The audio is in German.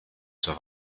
zur